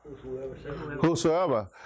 Whosoever